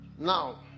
Now